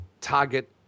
target